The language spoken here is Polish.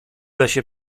lesie